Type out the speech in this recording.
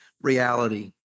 reality